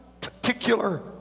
particular